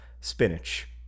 spinach